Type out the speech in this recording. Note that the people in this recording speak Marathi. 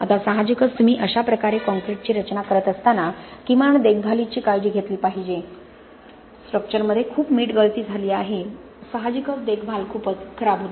आता साहजिकच तुम्ही अशाप्रकारे काँक्रीटची रचना करत असताना किमान देखभालीची काळजी घेतली पाहिजे स्ट्रक्चरमध्ये खूप मीठ गळती झाली आहे साहजिकच देखभाल खूपच खराब होती